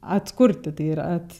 atkurti tai yra at